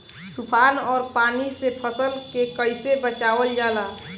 तुफान और पानी से फसल के कईसे बचावल जाला?